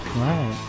Right